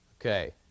Okay